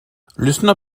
lyssna